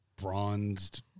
bronzed